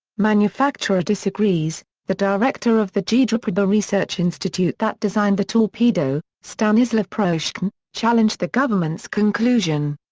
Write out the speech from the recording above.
manufacturer disagrees the director of the gidropribor research institute that designed the torpedo, stanislav proshkin, challenged the government's conclusion.